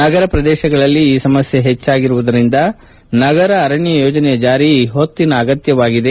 ನಗರ ಪ್ರದೇಶಗಳಲ್ಲಿ ಈ ಸಮಸ್ತೆ ಹೆಚ್ಚಾಗಿರುವುದರಿಂದ ನಗರ ಅರಣ್ಯ ಯೋಜನೆಯ ಚಾರಿ ಈ ಹೊತ್ತಿನ ಅಗತ್ತವಾಗಿದೆ